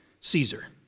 Caesar